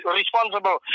responsible